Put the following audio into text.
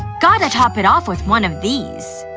gotta top it off with one of these.